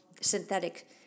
synthetic